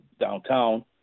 downtown